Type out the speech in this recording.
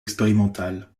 expérimentale